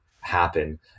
happen